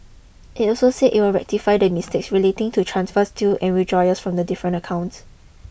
it also said it would rectify the mistakes relating to transfers to and withdrawals from the different accounts